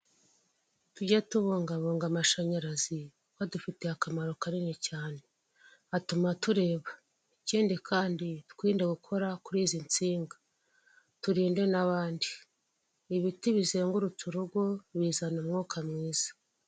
Tujye tubungabunga amashanyarazi adufitiye akamaro kanini, cyane atuma tureba ikindi kandi twirinrindade gukora kuri izi nsinga turinde n'abandi, ibiti bizengurutse urugo bizana umwuka mwiza.